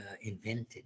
invented